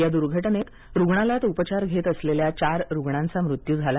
या दुर्धटनेत रुग्णालयात उपचार घेत असलेल्या चार रुग्णांचा मृत्यू झाला